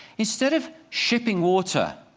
instead of shipping water,